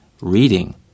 reading